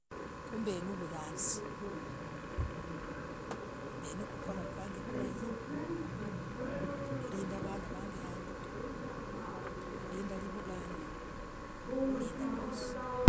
Khumbevuyazii. mbenikukorah kwang vulai kulindaa vanaa vag hangoo. kulindaa livunganah, kulindaa gosii.